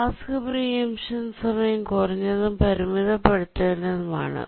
task preemption സമയം കുറഞ്ഞതും പരിമിതപ്പെടുത്തേണ്ടതുമാണ്